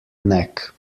neck